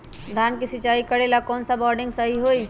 धान के सिचाई करे ला कौन सा बोर्डिंग सही होई?